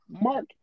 Mark